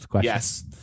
Yes